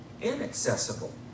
inaccessible